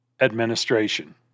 administration